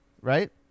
right